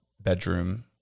bedroom